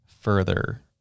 further